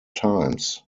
times